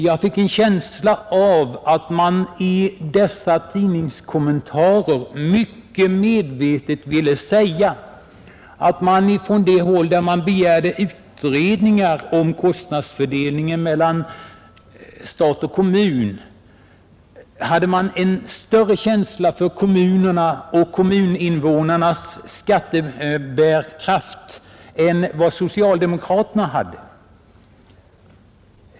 Jag fick en känsla av att dessa tidningskommentarer mycket medvetet ville säga att man på det håll där det begärdes utredningar av kostnadsfördelningen mellan stat och kommun hade en större känsla för kommunernas och kommuninnevånarnas skattebärkraft än vad socialdemokraterna hade.